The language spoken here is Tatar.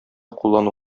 куллану